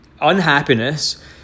unhappiness